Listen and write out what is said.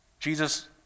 Jesus